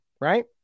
right